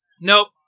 Nope